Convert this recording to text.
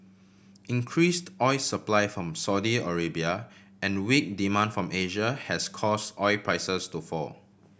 increased oil supply from Saudi Arabia and weak demand from Asia has cause oil prices to fall